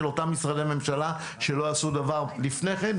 אותם משרדי ממשלה שלא עשו דבר לפני כן,